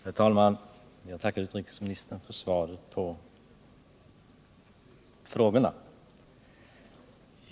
Herr talman! Jag tackar utrikesministern för svaret på frågorna.